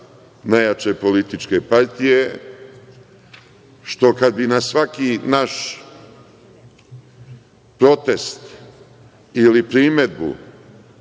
najjače političke partije, što kad bi na svaki naš protest ili primedbu